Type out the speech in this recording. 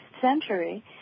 century